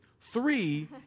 Three